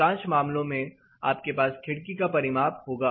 अधिकांश मामलों में आपके पास खिड़की का परिमाप होगा